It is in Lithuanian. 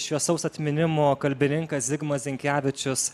šviesaus atminimo kalbininkas zigmas zinkevičius